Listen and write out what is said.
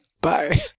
Bye